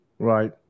Right